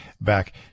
back